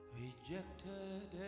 rejected